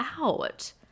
out